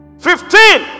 Fifteen